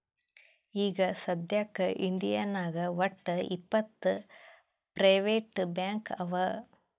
ಈಗ ಸದ್ಯಾಕ್ ಇಂಡಿಯಾನಾಗ್ ವಟ್ಟ್ ಇಪ್ಪತ್ ಪ್ರೈವೇಟ್ ಬ್ಯಾಂಕ್ ಅವಾ